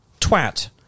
twat